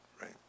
Right